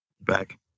back